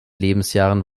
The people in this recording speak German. lebensjahren